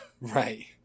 right